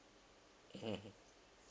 mmhmm